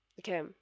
Okay